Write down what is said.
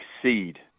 succeed